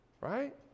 Right